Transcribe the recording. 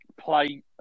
play